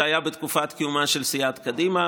זה היה בתקופת קיומה של סיעת קדימה,